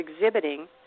exhibiting